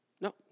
No